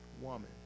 woman